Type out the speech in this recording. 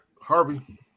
Harvey